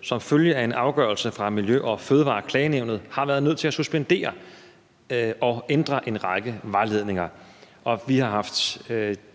som følge af en afgørelse fra Miljø- og Fødevareklagenævnet har været nødt til at suspendere og ændre en række vejledninger. Vi har haft